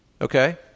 Okay